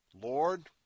Lord